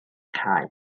cae